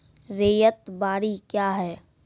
रैयत बाड़ी क्या हैं?